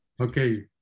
Okay